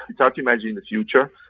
it's hard to imagine the future.